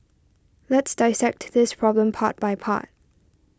let's dissect this problem part by part